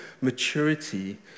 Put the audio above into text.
maturity